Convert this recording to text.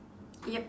yup